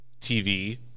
TV